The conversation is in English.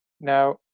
now